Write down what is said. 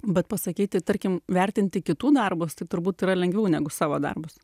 bet pasakyti tarkim vertinti kitų darbus tai turbūt yra lengviau negu savo darbus